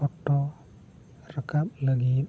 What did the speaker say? photo ᱨᱟᱠᱟᱵ ᱞᱟᱹᱜᱤᱫ